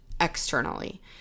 externally